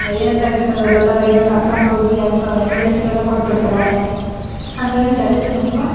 ಏನರ ಆಗಿತ್ತು ಅಂದ್ರೆ ದೊಡ್ಡವ್ರು ಆಗಿದ್ದನ್ನ ಕರ್ಕಂಡ್ ಹೋಗಿ ಅದಕ್ಕೆ ಮೆಡಿಸನ್ ಎಲ್ಲ ಕೊಟ್ಟು ಬಿಡ್ತಾರೆ ಅವ್ರು ಹಂಗಾಗಿ ಜಗತ್ತು ತುಂಬ